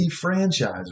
Franchise